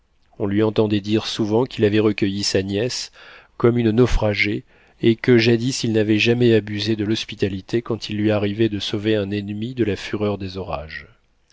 on lui entendait dire souvent qu'il avait recueilli sa nièce comme une naufragée et que jadis il n'avait jamais abusé de l'hospitalité quand il lui arrivait de sauver un ennemi de la fureur des orages